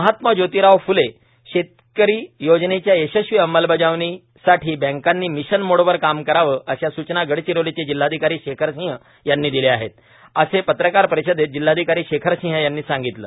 महात्मा जोतिराव फ्ले शेतकरी योजनेच्या यशस्वी अंमलबजावणीसाठी बँकांनी मिशन मोडवर काम करावे अशा सूचना गडचिरोलीचे जिल्हाधिकारी शेखर सिंह यांनी दिल्या आहेत असे पत्रकार परिषदेत जिल्हाधिकारी शेखर सिंह यांनी सांगितले